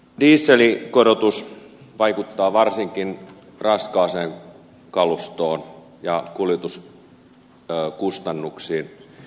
dieselin korotus vaikuttaa varsinkin raskaaseen kalustoon ja kuljetuskustannuksiin